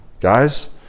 guys